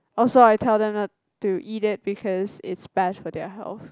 also I tell them not to eat it because it's bad for their health